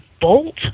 bolt